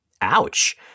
Ouch